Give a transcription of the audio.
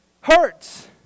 hurts